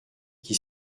qui